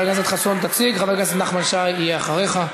חסון, תציג, וחבר הכנסת נחמן שי יהיה אחריך.